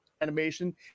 animation